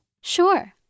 Sure